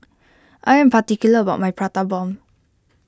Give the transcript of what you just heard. I am particular about my Prata Bomb